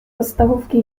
podstawówki